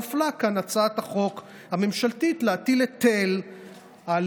שנפלה כאן הצעת החוק הממשלתית להטיל היטל על